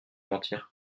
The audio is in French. mentir